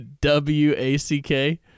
W-A-C-K